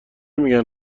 میگن